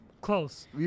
close